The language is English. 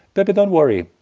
but don't worry.